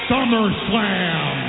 SummerSlam